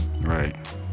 Right